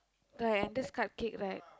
right and this cupcake right